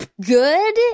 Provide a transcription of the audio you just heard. good